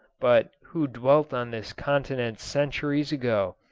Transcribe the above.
but who dwelt on this continent centuries ago,